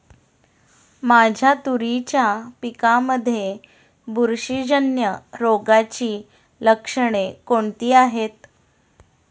माझ्या तुरीच्या पिकामध्ये बुरशीजन्य रोगाची लक्षणे कोणती आहेत?